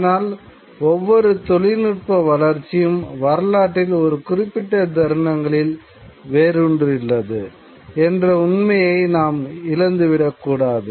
ஆனால் ஒவ்வொரு தொழில்நுட்ப வளர்ச்சியும் வரலாற்றில் ஒரு குறிப்பிட்ட தருணங்களில் வேரூன்றியுள்ளது என்ற உண்மையை நாம் இழந்து விடக்கூடாது